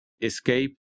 escape